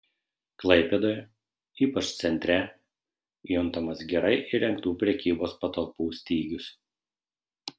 klaipėdoje ypač centre juntamas gerai įrengtų prekybos patalpų stygius